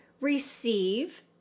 receive